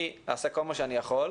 אני אעשה כל מה שאני יכול.